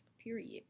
period